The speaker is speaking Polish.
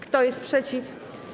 Kto jest przeciw?